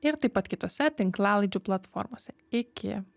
ir taip pat kitose tinklalaidžių platformose iki